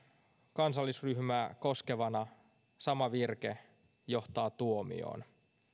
kansallisryhmää koskevana sama virke johtaa tuomioon